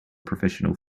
professional